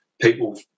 people